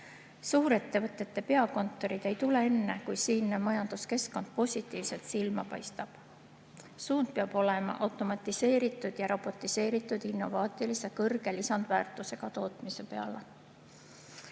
Suurettevõtete peakontorid ei tule enne, kui siinne majanduskeskkond positiivselt silma paistab. Suund peab olema automatiseeritud ja robotiseeritud innovaatilise suure lisandväärtusega tootmisele,